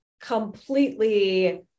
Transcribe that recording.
completely